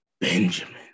Benjamin